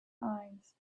eyes